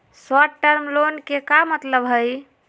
Short term loan के का मतलब हई?